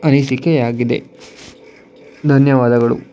ಅನಿಸಿಕೆ ಆಗಿದೆ ಧನ್ಯವಾದಗಳು